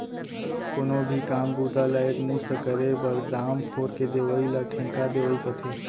कोनो भी काम बूता ला एक मुस्त करे बर, दाम फोर के देवइ ल ठेका देवई कथें